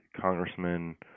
Congressman